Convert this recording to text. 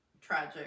tragic